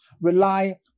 rely